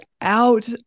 out